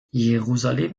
jerusalem